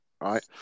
right